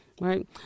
right